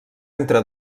entre